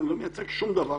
ואני לא מייצג שום דבר,